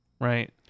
right